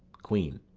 queen.